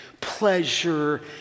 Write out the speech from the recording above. pleasure